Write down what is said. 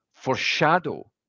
foreshadow